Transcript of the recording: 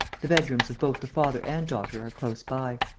the bedrooms of both the father and daughter are close by.